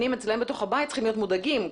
אצלם בתוך הבית צריכים להיות מודאגים.